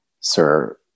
Sir